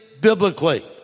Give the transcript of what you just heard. biblically